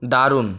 দারুণ